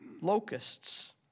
locusts